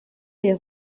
les